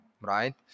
right